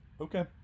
okay